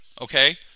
Okay